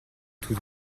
tout